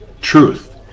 truth